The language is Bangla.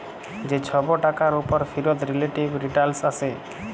যে ছব টাকার উপর ফিরত রিলেটিভ রিটারল্স আসে